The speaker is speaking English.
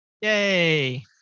Yay